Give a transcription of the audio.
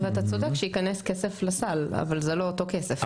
ואתה צודק שייכנס כסף לסל, אבל זה לא אותו כסף.